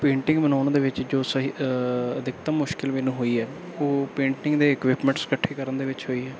painting ਬਣਾਉਣ ਦੇ ਵਿੱਚ ਜੋ ਸਹੀ ਅਧਿਕਤਮ ਮੁਸ਼ਕਲ ਮੈਨੂੰ ਹੋਈ ਹੈ ਉਹ ਪੇਂਟਿੰਗ ਦੇ ਇਕਵਿਪਮੈਂਟਸ ਇਕੱਠੇ ਕਰਨ ਦੇ ਵਿੱਚ ਹੋਈ ਹੈ